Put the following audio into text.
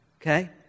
Okay